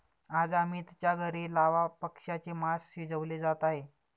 आज अमितच्या घरी लावा पक्ष्याचे मास शिजवले जात आहे